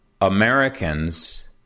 Americans